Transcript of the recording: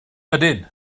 ydyn